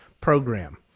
Program